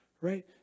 right